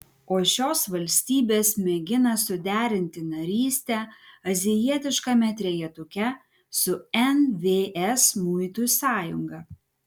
o šios valstybės mėgina suderinti narystę azijietiškame trejetuke su nvs muitų sąjunga